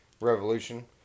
revolution